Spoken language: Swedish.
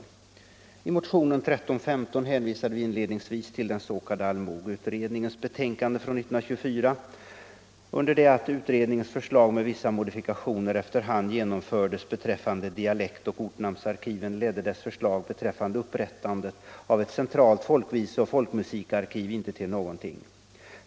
Torsdagen den I motionen 1315 hänvisade vi inledningsvis till den s.k. allmoge 13 mars 1975 utredningens betänkande från 1924. Under det att utredningens förslag = med vissa modifikationer efter hand genomfördes beträffande dialekt — Anslag till kulturänoch ortnamnsarkiven, ledde dess förslag beträffande upprättandet av ett — damål centralt folkviseoch folkmusikarkiv inte till någonting.